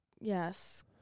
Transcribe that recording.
Yes